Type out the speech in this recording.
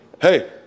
Hey